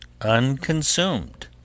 unconsumed